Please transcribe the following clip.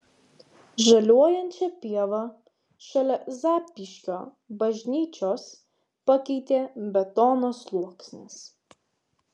žaliuojančią pievą šalia zapyškio bažnyčios pakeitė betono sluoksnis